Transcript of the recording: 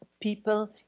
people